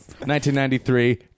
1993